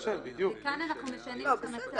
וכאן אנחנו משנים את המצב.